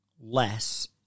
less